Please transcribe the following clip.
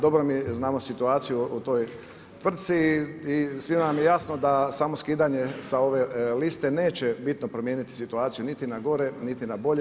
Dobro mi znamo situaciju u toj tvrtci i svima nam je jasno da samo skidanje sa ove liste neće bitno promijeniti situaciju niti na gore, niti na bolje.